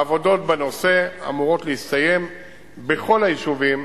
העבודות בנושא אמורות להסתיים בכל היישובים